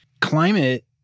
climate